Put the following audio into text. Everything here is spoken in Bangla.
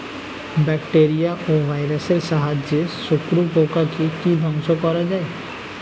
ব্যাকটেরিয়া ও ভাইরাসের সাহায্যে শত্রু পোকাকে কি ধ্বংস করা যায়?